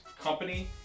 company